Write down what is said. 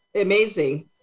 amazing